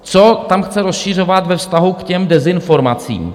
Co tam chce rozšiřovat ve vztahu k těm dezinformacím?